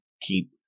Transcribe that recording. keep